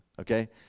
okay